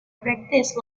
practiced